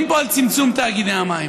תאגידי המים